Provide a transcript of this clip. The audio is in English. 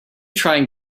trying